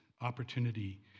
opportunity